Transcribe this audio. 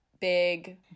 big